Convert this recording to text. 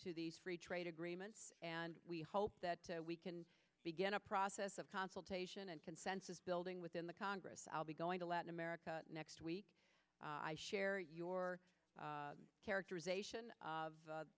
to these free trade agreements and we hope that we can begin a process of consultation and consensus building within the congress i'll be going to latin america next week i share your characterization of